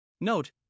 Note